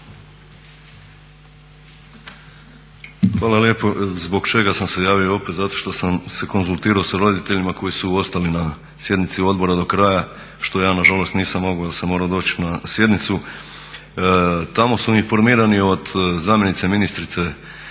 Hvala lijepo. Zbog čega sam se javio opet, zato što sam se konzultirao sa roditeljima koji su ostali na sjednici odbora do kraja što ja nažalost nisam mogao jer sam morao doći na sjednicu. Tamo su informirani od zamjenice ministrice